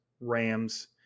Rams